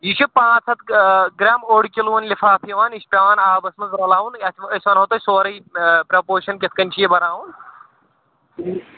یہِ چھُ پانژ ہتھ گرٛام اوٚڈ کِلوٗن لِفاف یِوان یہِ چھُ پیِٚوان آبس منٛز رلاوُن اَسہِ أسۍ ونہو تۅہہِ سورُے پرٛپوزیشن کِتھٕ کٔنۍ چھِ یہِ بناوُن